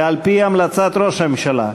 ועל-פי המלצת ראש הממשלה,